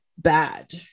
bad